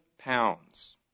pounds